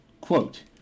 Quote